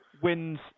wins